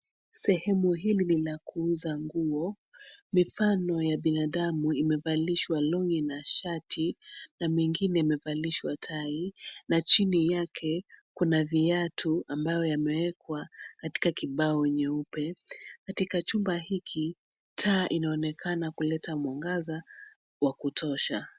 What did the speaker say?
Sehemu hili ni la kuuza nguo. Mifano ya binadamu imevalishwa long'i na shati na mengine amevalishwa tai na chini yake kuna viatu ambayo yamewekwa katika kibao nyeupe .Katika chumba hiki, taa inaonekana kuleta mwangaza wa kutosha.